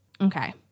okay